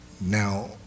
Now